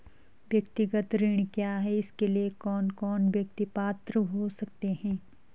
व्यक्तिगत ऋण क्या है इसके लिए कौन कौन व्यक्ति पात्र हो सकते हैं?